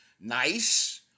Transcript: nice